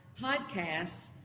podcasts